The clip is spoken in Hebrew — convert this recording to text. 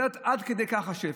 עד כדי כך השפל.